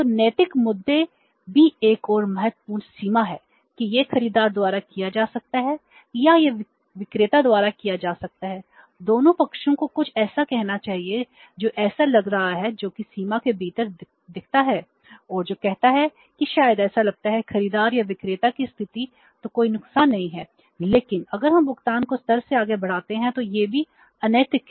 तो नैतिक मुद्दे भी एक और महत्वपूर्ण सीमा है कि यह खरीदार द्वारा किया जा सकता है या यह विक्रेता द्वारा किया जा सकता है दोनों पक्षों को कुछ ऐसा कहना चाहिए जो ऐसा लग रहा है जो कि सीमा के भीतर दिखता है और जो कहता है कि शायद ऐसा लगता है खरीदार या विक्रेता की स्थिति तो कोई नुकसान नहीं है लेकिन अगर हम भुगतान को स्तर से आगे बढ़ाते हैं तो यह भी अनैतिक है